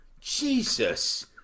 Jesus